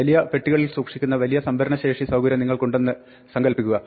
വലിയ പെട്ടികളിൽ സൂക്ഷിക്കുന്ന വലിയ സംഭരണശേഷി സൌകര്യം നിങ്ങൾക്കുണ്ടെന്ന് സങ്കല്പിക്കുക